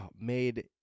made